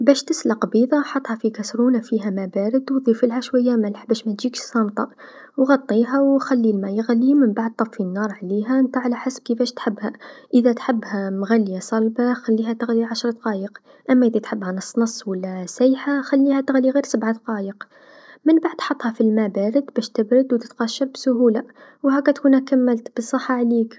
باش تسلق بيضه حطها في كاسرونه فيها ما بارد و ضيفلها شويا مليح باش متجيكش سامطه و غطيها و خلي الما يغلي منبعد طفي النار عليها أنت غلى حسب كيفاش تحبها إذا تحبها مغليا صلبه خليها تغلي عشر دقايق أما إذا تحبها نص نص و لا سايحه خليها تغلي غ سبع دقايق و منبعد حطها في الما بارد باش تبرد و تتقشر بسهوله و هكا تكون كملت بالصحه عليك.